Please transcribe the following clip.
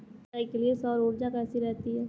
सिंचाई के लिए सौर ऊर्जा कैसी रहती है?